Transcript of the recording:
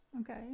Okay